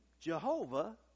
Jehovah